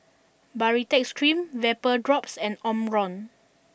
Baritex Cream VapoDrops and Omron